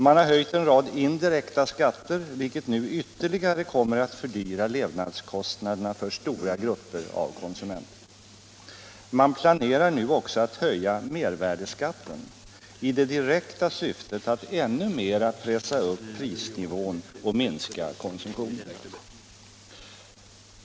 Man har höjt en rad indirekta skatter, vilket nu ytterligare fördyrar levnadskostnaderna för stora grupper av konsumenter. Man planerar nu också att höja mervärdeskatten, i det direkta syftet att ännu mera pressa upp prisnivån och minska konsumtionen.